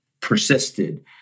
persisted